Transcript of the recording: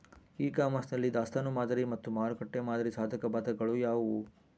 E commerce ನಲ್ಲಿ ದಾಸ್ತನು ಮಾದರಿ ಮತ್ತು ಮಾರುಕಟ್ಟೆ ಮಾದರಿಯ ಸಾಧಕಬಾಧಕಗಳು ಯಾವುವು?